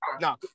No